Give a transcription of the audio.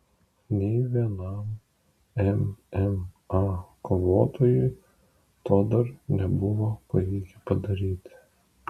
nei vienam mma kovotojui to dar nebuvo pavykę padaryti